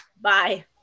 Bye